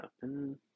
happen